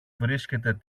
βρίσκεται